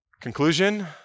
Conclusion